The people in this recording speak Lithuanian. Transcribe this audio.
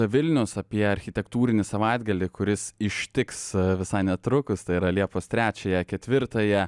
vilnius apie architektūrinį savaitgalį kuris ištiks visai netrukus tai yra liepos trečiąją ketvirtąją